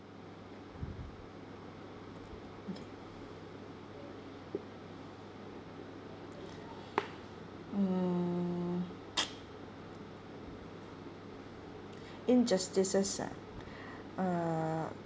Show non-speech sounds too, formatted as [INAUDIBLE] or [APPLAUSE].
okay mm [NOISE] injustices ah err